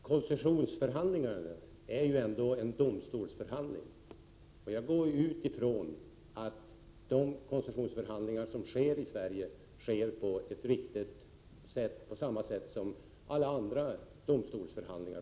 Herr talman! En koncessionsförhandling är en domstolsförhandling. Jag utgår från att de koncessionsförhandlingar som äger rum i Sverige utförs på ett riktigt sätt, på samma sätt som alla andra domstolsförhandlingar.